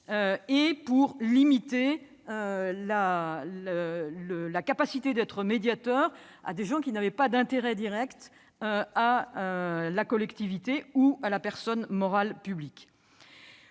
et pour limiter la capacité d'être médiateur à des gens qui n'avaient pas d'intérêt direct à la collectivité ou à la personne morale publique.